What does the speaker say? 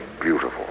beautiful